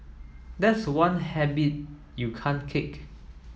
that's one habit you can't kick